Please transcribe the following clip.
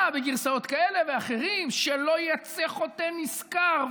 בגרסאות כאלה ואחרות: שלא יצא חוטא נשכר,